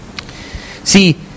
See